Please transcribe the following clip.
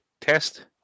test